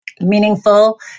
meaningful